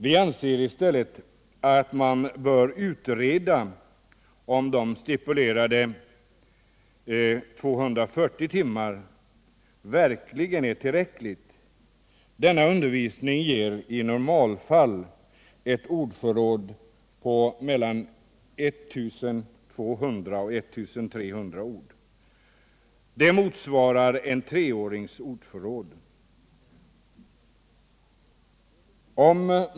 Vi anser att man i stället bör utreda om de stipulerade 240 timmarna verkligen är tillräckliga. Denna undervisning ger i normalfall ett ordförråd på mellan 1 200 och 1 300 ord. Det motsvarar en treårings ordförråd.